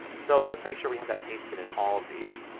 so let's make sure we have that pasted in all of these.